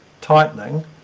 tightening